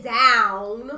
down